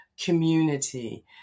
community